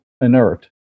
inert